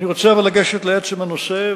אני רוצה לגשת לעצם הנושא,